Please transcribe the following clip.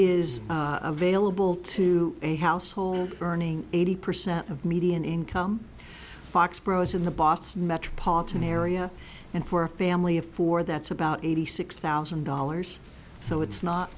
is available to a household earning eighty percent of median income foxborough is in the boston metropolitan area and for a family of four that's about eighty six thousand dollars so it's not